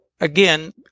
again